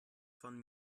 von